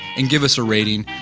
and give us a rating,